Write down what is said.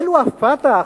אלו ה"פתח",